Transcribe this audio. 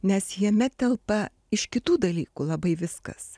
nes jame telpa iš kitų dalykų labai viskas